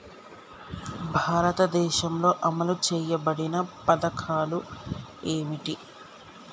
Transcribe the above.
భారతదేశంలో అమలు చేయబడిన పథకాలు ఏమిటి?